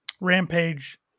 rampage